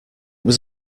was